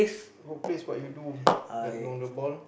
workplace what you do like you on the ball